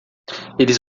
eles